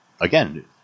Again